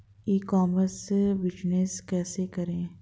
ई commerce business कैसे करें?